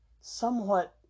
somewhat